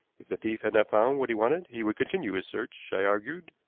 if the thief had not found what he wanted, he would continue his search, i argued.